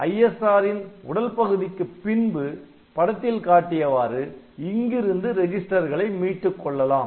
ISRன் உடல் பகுதிக்கு பின்பு படத்தில் காட்டியவாறு இங்கிருந்து ரெஜிஸ்டர் களை மீட்டுக் கொள்ளலாம்